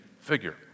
figure